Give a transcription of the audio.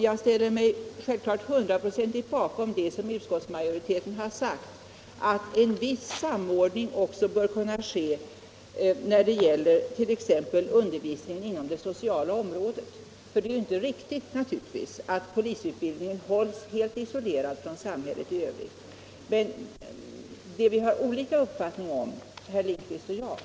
Jag ställer mig självklart hundraprocentigt bakom det som utskottsmajoriteten sagt, att en viss samordning också bör ske i fråga om t.ex. utbildning inom det sociala området. Det är ju naturligtvis inte riktigt att polisutbildningen hålls helt isolerad från samhället i övrigt. Men det vi har olika uppfattningar om, herr Lindkvist och jag,